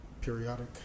periodic